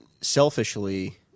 selfishly